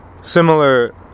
similar